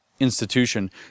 institution